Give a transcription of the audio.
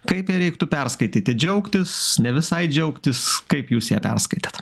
kaip ją reiktų perskaityti džiaugtis ne visai džiaugtis kaip jūs ją perskaitėt